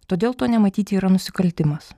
todėl to nematyti yra nusikaltimas